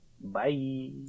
Bye